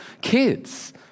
kids